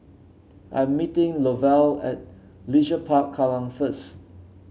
I'm meeting Lovell at Leisure Park Kallang first